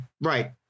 Right